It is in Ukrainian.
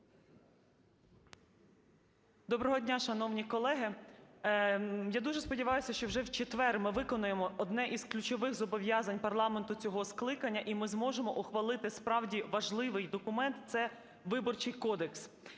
Доброго дня, шановні колеги! Я дуже сподіваюся, що вже в четвер ми виконаємо одне із ключових зобов'язань парламенту цього скликання, і ми зможемо ухвалити справді важливий документ – це Виборчий кодекс.